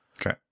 Okay